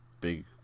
big